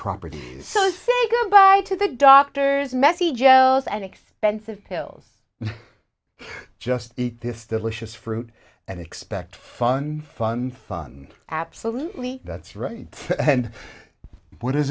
properties so say goodbye to the doctor's messy joes and expensive pills just eat this delicious fruit and expect fun fun fun absolutely that's right and what is